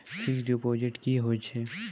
Fixed deposit की होय छै?